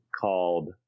called